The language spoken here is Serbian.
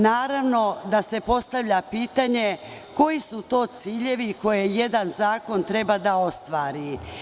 Naravno da se postavlja pitanje koji su to ciljevi koje jedan zakon treba da ostvari?